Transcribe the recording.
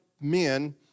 men